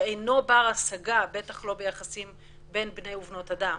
שאינו בר השגה, בטח לא ביחסים בין בני ובנות אדם